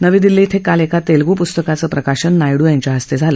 नवी दिल्ली क्रं काल एका तेलगु पुस्तकाचं प्रकाशन नायडू यांच्या हस्ते झालं